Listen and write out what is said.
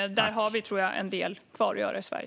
Där har vi, tror jag, en del kvar att göra i Sverige.